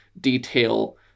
detail